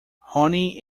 honey